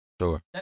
Sure